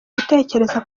gutekereza